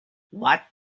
what